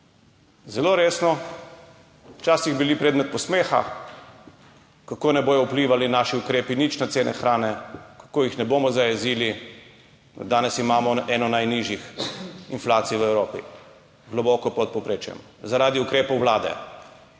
zelo resno, včasih smo bili predmet posmeha, kako ne bodo naši ukrepi nič vplivali na cene hrane, kako jih ne bomo zajezili. Danes imamo eno najnižjih inflacij v Evropi, globoko pod povprečjem, zaradi ukrepov vlade